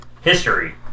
History